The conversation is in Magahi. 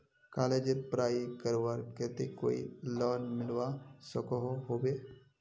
कॉलेजेर पढ़ाई करवार केते कोई लोन मिलवा सकोहो होबे?